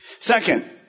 Second